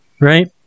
right